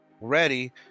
ready